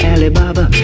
Alibaba